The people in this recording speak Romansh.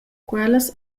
quellas